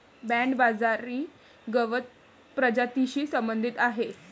Bernard बाजरी गवत प्रजातीशी संबंधित आहे